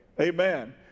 Amen